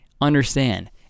understand